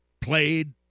played